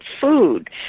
food